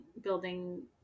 building